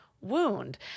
wound